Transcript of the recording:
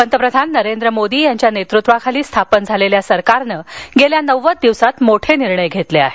पंतप्रधान नरेंद्र मोदी यांच्या नेतृत्वाखाली स्थापन झालेल्या सरकारनं गेल्या नव्वद दिवसात मोठे निर्णय घेतले आहेत